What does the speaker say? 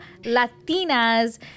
Latinas